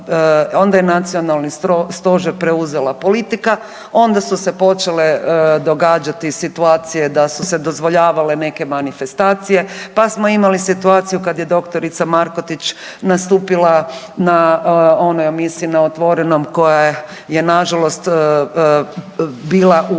onda je nacionalni stožer preuzela politika, onda su se počele događati situacije da su se dozvoljavale neke manifestacije, pa smo imali situaciju kad je doktorica Markotić nastupila na onoj emisiji na otvorenom koja je nažalost bila u jednom